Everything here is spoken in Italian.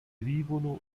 vivono